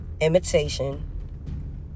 imitation